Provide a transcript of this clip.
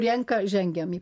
renka žengiam į